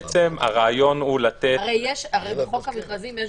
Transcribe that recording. הרעיון הוא לתת -- הרי בחוק המכרזים יש